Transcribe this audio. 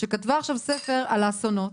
שכתבה עכשיו ספר על האסונות,